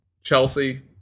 Chelsea